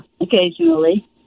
occasionally